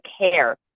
care